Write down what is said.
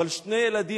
אבל שני ילדים,